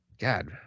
God